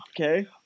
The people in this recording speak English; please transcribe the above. Okay